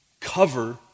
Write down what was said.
cover